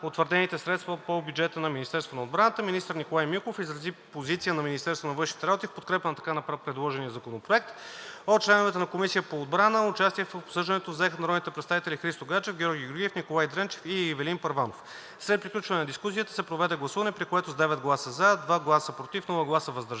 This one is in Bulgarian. утвърдените средства по бюджета на Министерството на отбраната. Министър Николай Милков изрази позицията на Министерството на външните работи в подкрепа на така предложения законопроект. От членовете на Комисията по отбрана участие в обсъждането взеха народните представители Христо Гаджев, Георги Георгиев, Николай Дренчев и Ивелин Първанов. След приключване на дискусията се проведе гласуване, при което с 9 гласа „за“, 2 гласа „против“ и без „въздържал